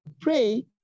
pray